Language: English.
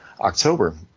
October